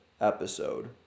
episode